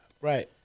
Right